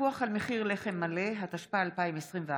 פיקוח על מחיר לחם מלא), התשפ"א 2021,